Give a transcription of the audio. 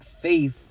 faith